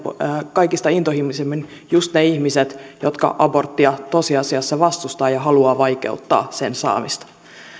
kaikista intohimoisimmin just ne ihmiset jotka aborttia tosiasiassa vastustavat ja haluavat vaikeuttaa sen saamista